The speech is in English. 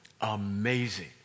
Amazing